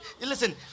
listen